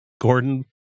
gordon